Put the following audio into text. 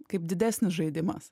kaip didesnis žaidimas